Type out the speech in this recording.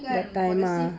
that time ah